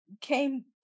came